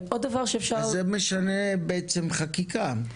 אז זה משנה בעצם חקיקה.